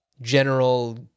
general